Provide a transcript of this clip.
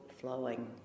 flowing